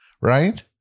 right